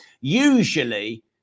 usually